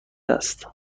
است